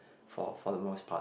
for for the most part